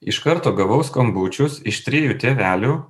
iš karto gavau skambučius iš trijų tėvelių